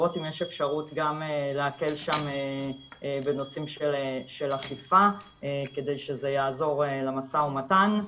אפשרות גם להקל שם בנושאים של אכיפה כדי שזה יעזור למשא ומתן.